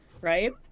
right